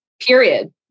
period